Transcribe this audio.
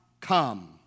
come